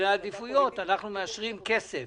כסף